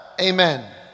Amen